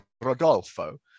Rodolfo